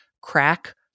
crack